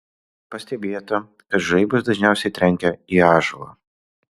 pastebėta kad žaibas dažniausiai trenkia į ąžuolą